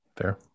fair